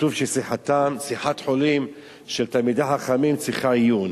כתוב ששיחת חולין של תלמידי חכמים צריכה עיון.